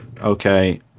Okay